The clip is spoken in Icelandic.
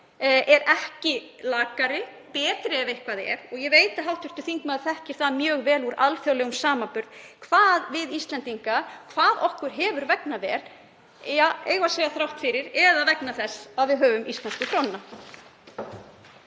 er ekki lakari, betri ef eitthvað er, og ég veit að hv. þingmaður þekkir það mjög vel úr alþjóðlegum samanburði hvað okkur Íslendingum hefur vegnað vel, eigum við að segja þrátt fyrir eða vegna þess að við höfum íslensku krónuna.